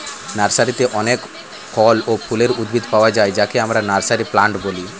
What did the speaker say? নার্সারিতে অনেক ফল ও ফুলের উদ্ভিদ পাওয়া যায় যাকে আমরা নার্সারি প্লান্ট বলি